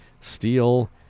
steel